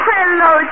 Hello